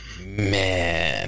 man